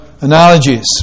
analogies